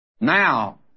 Now